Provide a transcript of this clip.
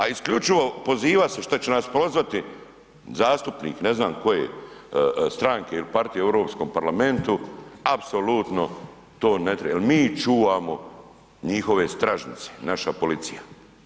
A isključivo poziva se što će nas prozvati zastupnik ne znam koje stranke ili partije u EU parlamentu, apsolutno to ne treba, mi čuvamo njihove stražnjice, naša policija.